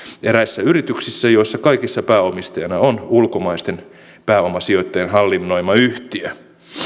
eräissä yrityksissä joissa kaikissa pääomistajana on ulkomaisten pääomasijoittajan hallinnoima yhtiö